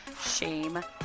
shame